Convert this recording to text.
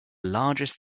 largest